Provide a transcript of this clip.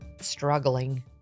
struggling